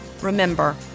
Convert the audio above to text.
Remember